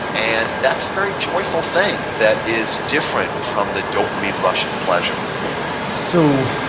and that's a very joyful thing that is different from the dopamine rush of pleasure so,